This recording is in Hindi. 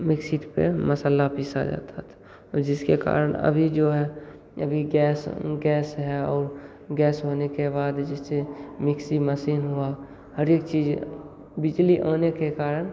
मिक्सीत पे मसाला पीसा जाता था जिसके कारण अभी जो है अभी गैस गैस है और गैस होने के बाद जैसे मिक्सी मसीन हुआ हर एक चीज बिजली आने के कारण